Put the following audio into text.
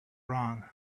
wrong